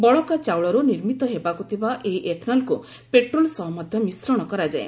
ବଳକା ଚାଉଳରୁ ନିର୍ମିତ ହେବାକୁ ଥିବା ଏହି ଏଥନାଲକୁ ପେଟ୍ରୋଲ ସହ ମଧ୍ୟ ମିଶ୍ରଣ କରାଯାଏ